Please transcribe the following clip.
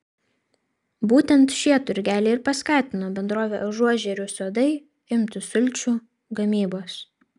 būtent šie turgeliai ir paskatino bendrovę ažuožerių sodai imtis sulčių gamybos